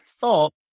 thought